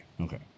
Okay